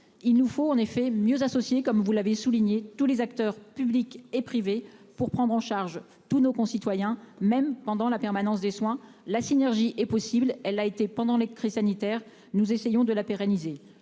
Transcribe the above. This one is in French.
il nous faut mieux associer les acteurs publics et privés pour prendre en charge tous nos concitoyens, même pendant la permanence des soins. La synergie est possible. Elle l'a été pendant la crise sanitaire, nous essayons de la pérenniser.